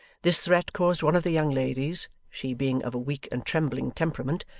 this threat caused one of the young ladies, she being of a weak and trembling temperament,